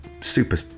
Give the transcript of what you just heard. super